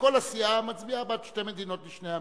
וכל הסיעה מצביעה בעד שתי מדינות לשני עמים.